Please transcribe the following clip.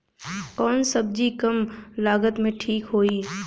कौन सबजी कम लागत मे ठिक होई?